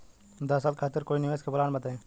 दस साल खातिर कोई निवेश के प्लान बताई?